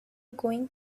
going